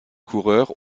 coureurs